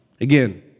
Again